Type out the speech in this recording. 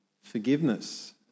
Forgiveness